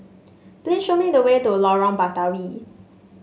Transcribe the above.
please show me the way to Lorong Batawi